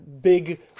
big